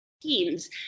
teams